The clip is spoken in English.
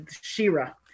Shira